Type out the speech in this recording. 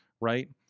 right